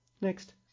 next